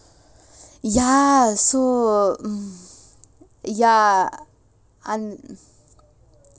ya so ya and